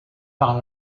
par